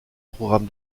programme